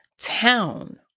town